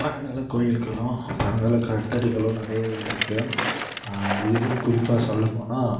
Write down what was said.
பழங்கால கோயில்களும் பழங்கால கட்டிடங்களும் நிறையவே இருக்குது இதிலும் குறிப்பாக சொல்லப்போனால்